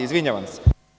Izvinjavam se.